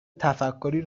تفکری